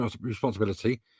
responsibility